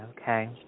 Okay